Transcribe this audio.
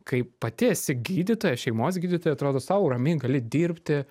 kai pati esi gydytojas šeimos gydytoja atrodo sau ramiai gali dirbti